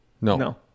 No